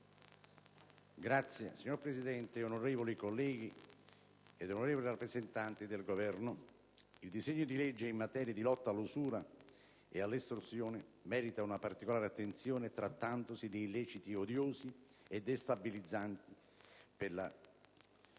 *(PD)*. Signora Presidente, onorevoli colleghi, onorevoli rappresentanti del Governo, il disegno di legge in materia di lotta all'usura e all'estorsione merita una particolare attenzione, trattandosi di illeciti odiosi e destabilizzanti per la